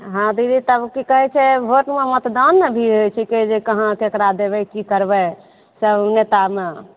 हाँ दीदी तब की कहय छै वोटमे मतदान नहि भी होइ छिकै जे कहाँ ककरा देबय की करबय सभ नेतामे